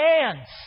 hands